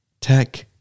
tech